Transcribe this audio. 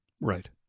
Right